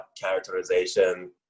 characterization